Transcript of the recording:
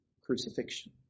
crucifixion